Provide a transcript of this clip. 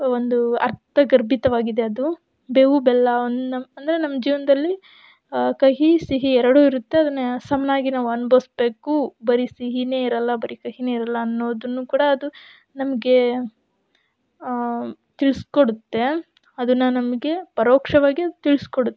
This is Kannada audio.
ಒಂದು ಅರ್ಥಗರ್ಭಿತವಾಗಿದೆ ಅದು ಬೇವು ಬೆಲ್ಲವನ್ನ ಅಂದರೆ ನಮ್ಮ ಜೀವನದಲ್ಲಿ ಕಹಿ ಸಿಹಿ ಎರಡೂ ಇರುತ್ತೆ ಅದನ್ನ ಸಮವಾಗಿ ನಾವು ಅನ್ಭವ್ಸ್ಬೇಕು ಬರಿ ಸಿಹಿನೇ ಇರೋಲ್ಲ ಬರಿ ಕಹಿನೇ ಇರೋಲ್ಲ ಅನ್ನೊದನ್ನು ಕೂಡ ಅದು ನಮಗೆ ತಿಳಿಸ್ಕೊಡುತ್ತೆ ಅದನ್ನು ನಮಗೆ ಪರೋಕ್ಷವಾಗಿ ತಿಳಿಸ್ಕೊಡುತ್ತೆ